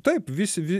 taip visi vi